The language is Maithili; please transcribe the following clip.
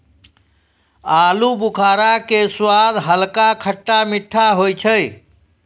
आलूबुखारा के स्वाद हल्का खट्टा मीठा होय छै